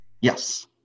Yes